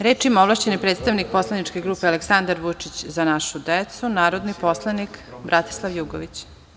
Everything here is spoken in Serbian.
Reč ima ovlašćeni predstavnik poslaničke grupe Aleksandar Vučić – „Za našu decu“, narodni poslanik Bratislav Jugović.